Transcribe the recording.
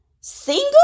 single